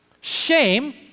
Shame